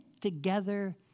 together